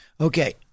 Okay